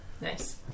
Nice